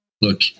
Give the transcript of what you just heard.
Look